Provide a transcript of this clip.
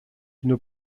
une